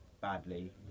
badly